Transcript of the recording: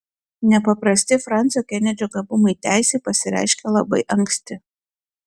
nepaprasti fransio kenedžio gabumai teisei pasireiškė labai anksti